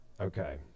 okay